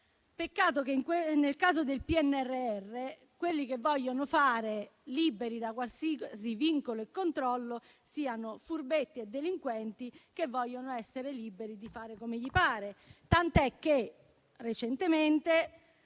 Peccato che, nel caso del PNRR, quelli che vogliono fare liberi da qualsiasi vincolo e controllo siano furbetti e delinquenti che vogliono essere liberi di fare come gli pare, tant'è che recentemente